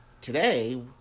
today